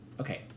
Okay